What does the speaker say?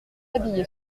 habillé